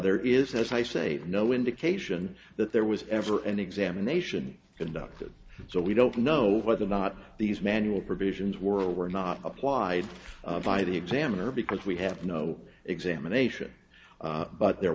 there is as i say no indication that there was ever an examination conducted so we don't know whether or not these manual provisions were were not applied by the examiner because we have no examination but there